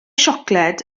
siocled